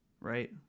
right